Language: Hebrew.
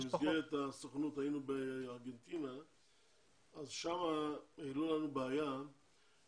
כשהייתי במסגרת הסוכנות היינו בארגנטינה אז שם העלו לנו בעיה,